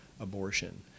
abortion